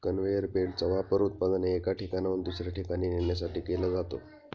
conveyor बेल्टचा वापर उत्पादने एका ठिकाणाहून दुसऱ्या ठिकाणी नेण्यासाठी केला जातो